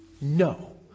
no